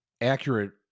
accurate